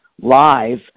live